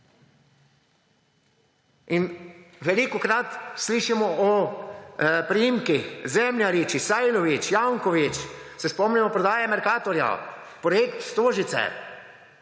Velikokrat slišimo o priimkih Zemljarič, Isajlović, Janković. Se spomnimo prodaje Mercatorja, projekta Stožice,